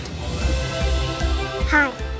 Hi